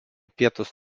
pietus